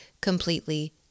completely